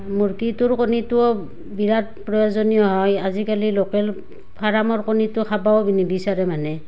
মুৰ্গীটোৰ কণীটো বিৰাট প্ৰয়োজনীয় হয় আজিকালি লোকেল ফাৰ্মৰ কণীটো খাবও নিবিচাৰে মানুহে